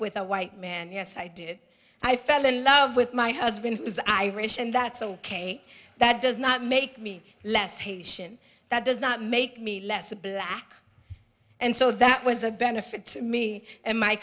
with a white man yes i did i fell in love with my husband who was irish and that's ok that does not make me less haitian that does not make me less a black and so that was a benefit to me and my